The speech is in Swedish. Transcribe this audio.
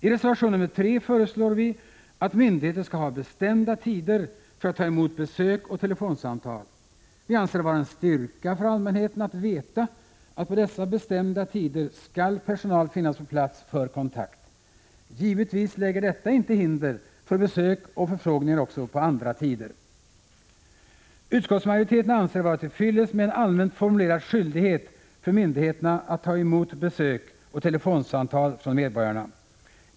I reservation nr 3 föreslår vi att myndigheter skall ha bestämda tider då man tar emot besök och telefonsamtal. Vi anser det vara en styrka för allmänheten att veta att på bestämda tider skall personal finnas på plats för kontakt. Givetvis lägger detta inte hinder i vägen för besök och förfrågningar också på andra tider. Utskottsmajoriteten anser det vara till fyllest med en allmänt formulerad skyldighet för myndigheterna att ta emot besök och telefonsamtal från medborgarna.